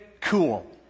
cool